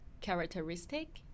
characteristic